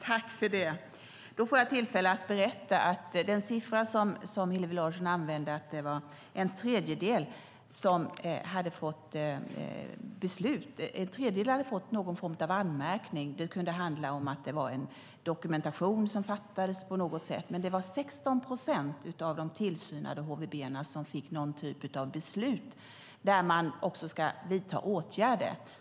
Herr talman! Då får jag tillfälle att berätta något om den siffra som Hillevi Larsson använder, att en tredjedel av hemmen hade fått någon form av anmärkning - det kunde handla om att någon dokumentation fattades. Men det var 16 procent av de tillsynade HVB-hemmen som fick någon typ av beslut där de också skulle vidta åtgärder.